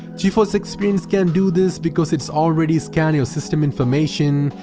geforce experience can do this because it's already scanned your system information,